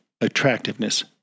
attractiveness